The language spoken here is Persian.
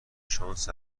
شانس